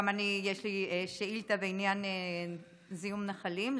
גם לי יש שאילתה בעניין זיהום נחלים,